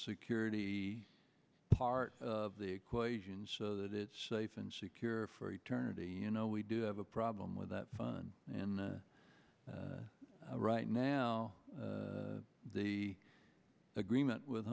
security part of the equation so that it's safe and secure for eternity you know we did have a problem with that fun and right now the agreement with